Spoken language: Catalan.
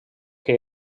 que